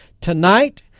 Tonight